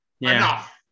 Enough